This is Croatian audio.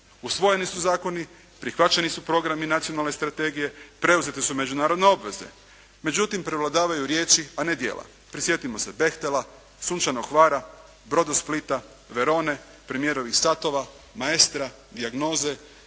Usvojeni su zakoni, prihvaćeni su programi nacionalne strategije, preuzete su međunarodne obveze. Međutim, prevladavaju riječi a ne djela. Prisjetimo se Bechtela, sunčanog Hvara, Brodosplita, Verone, premijerovih satova, "Maestra", "Dijagnoze",